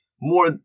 more